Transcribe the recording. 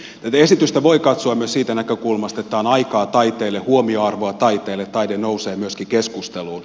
esitystä voi katsoa myös siitä näkökulmasta että on aikaa taiteelle huomioarvoa taiteelle taide nousee myöskin keskusteluun